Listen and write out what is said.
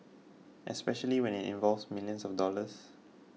especially when it involves millions of dollars